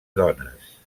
dones